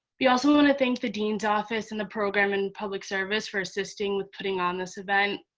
we also want to thank the dean's office and the program in public service for assisting with putting on this event.